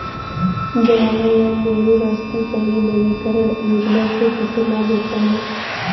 जवाहर लाल नेहरू राष्ट्रीय शहरी नवीकरण योजना से किसे लाभ होता है?